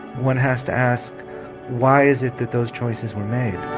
one has to ask why is it that those choices were made?